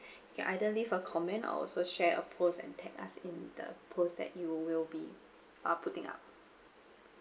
can either leave a comment or also share a post and tag us in the post that you will be uh putting up